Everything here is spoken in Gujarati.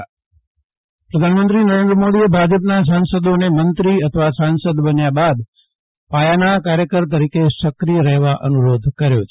જયદીપ વૈશ્નવ ભાજપની કાર્યશાળ પ્રધાનમંત્રી નરેન્દ્ર મોદીએ ભાજપના સાસદોને મંત્રી અથવા સાસંદ બન્યા બાદ પાયાના કાર્યકર તરીકે સક્રિય રહેવાનો અનુરોધ કર્યો છે